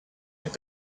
and